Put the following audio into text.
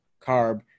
carb